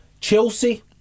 Chelsea